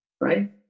right